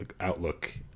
outlook